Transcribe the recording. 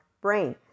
brain